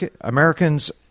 Americans